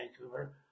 Vancouver